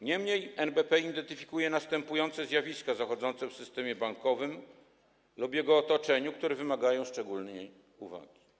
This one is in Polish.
Niemniej NBP identyfikuje następujące zjawiska zachodzące w systemie bankowym lub jego otoczeniu, które wymagają szczególnej uwagi.